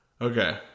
Okay